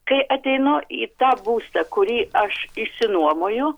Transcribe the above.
kai ateinu į tą būstą kurį aš išsinuomoju